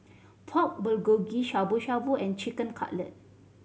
Pork Bulgogi Shabu Shabu and Chicken Cutlet